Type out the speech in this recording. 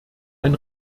ein